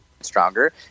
stronger